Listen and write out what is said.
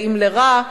האם לרע,